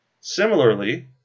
Similarly